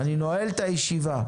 אני נועל את הישיבה.